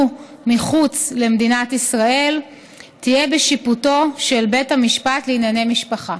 מחוץ למדינת ישראל תהיה בשיפוטו של בית המשפט לענייני משפחה.